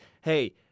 hey